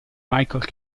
michael